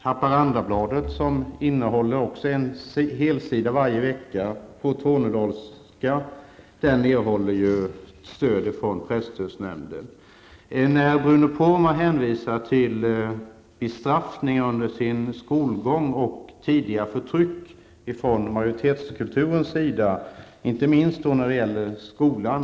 Haparandabladet, som innehåller en helsida på tornedalsfinska varje vecka, erhåller stöd från presstödsnämnden. Bruno Poromaa hänvisar till bestraffningar under sin skolgång och tidigare förtryck från majoritetskulturen, inte minst när det gäller skolan.